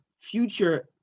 future